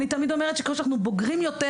אני תמיד אומרת שככל שאנחנו בוגרים יותר,